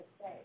say